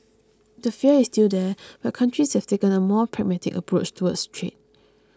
the fear is still there but countries have taken a more pragmatic approach towards trade